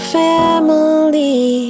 family